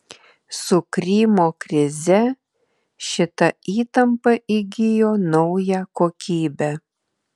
su krymo krize šita įtampa įgijo naują kokybę